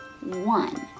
one